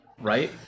Right